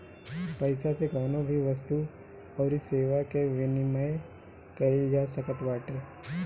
पईसा से कवनो भी वस्तु अउरी सेवा कअ विनिमय कईल जा सकत बाटे